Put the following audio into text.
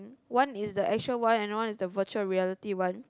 one is the actual one and one is the virtual reality one